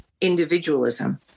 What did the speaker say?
individualism